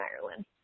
ireland